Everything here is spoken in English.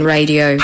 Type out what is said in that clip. Radio